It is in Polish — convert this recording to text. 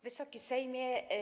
Wysoki Sejmie!